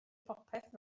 popeth